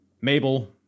Mabel